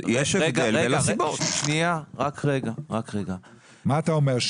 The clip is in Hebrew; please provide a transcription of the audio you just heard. מה אתה אומר?